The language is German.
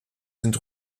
sind